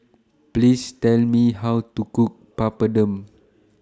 Please Tell Me How to Cook Papadum